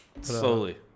Slowly